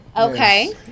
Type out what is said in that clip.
okay